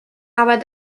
aber